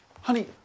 Honey